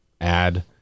add